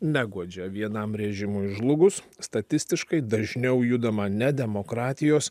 neguodžia vienam režimui žlugus statistiškai dažniau judama ne demokratijos